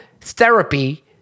therapy